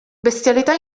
bestialità